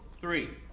three